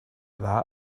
about